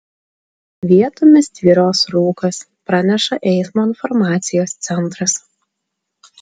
vietomis tvyros rūkas praneša eismo informacijos centras